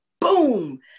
boom